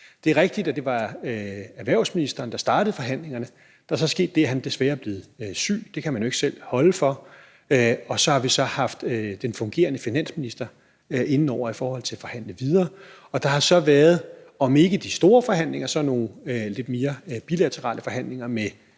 Det er rigtigt, at det var erhvervsministeren, der startede forhandlingerne, men der er så sket det, at han desværre er blevet syg – det kan man jo ikke selv gøre for – og så har vi så haft den fungerende finansminister ind over i forhold til at forhandle videre. Der har så været, om ikke de store forhandlinger, så nogle lidt bilaterale forhandlinger med